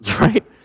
right